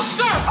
sir